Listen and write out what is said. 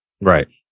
Right